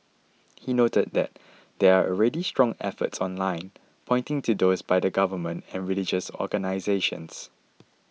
he noted that there are already strong efforts online pointing to those by the Government and religious organisations